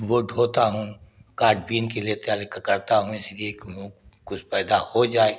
वो धोता हूँ काट बीन के लिए तैयारी करता हूँ इसीलिए क्यों कुछ पैदा हो जाए